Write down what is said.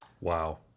Wow